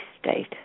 state